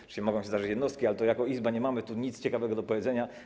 Oczywiście mogą się zdarzyć jednostki, ale jako Izba nie mamy tu nic ciekawego do powiedzenia.